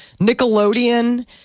Nickelodeon